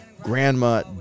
Grandma